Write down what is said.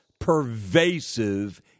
pervasive